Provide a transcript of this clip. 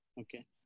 Okay